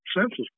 census